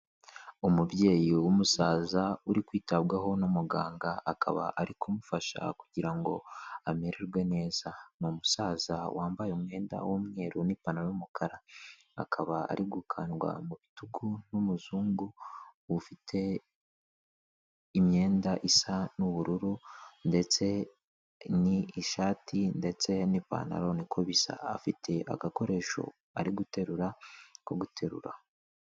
Umubyeyi w'umusaza uri kwitabwaho n'umuganga, akaba ari kumufasha kugira ngo amererwe neza, ni umusaza wambaye umwenda w'umweru n'ipantaro y'umukara, akaba ari gukandwa mu bitugu n'umuzungu, ufite imyenda isa n'ubururu ndetse ni ishati ndetse n'ipantaro niko bisa, afite agakoresho ari guterura ko guterura.